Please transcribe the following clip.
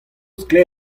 sklaer